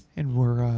and we're